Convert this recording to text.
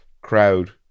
crowd